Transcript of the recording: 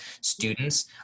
students